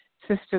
Sister